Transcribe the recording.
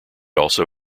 also